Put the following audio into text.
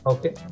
Okay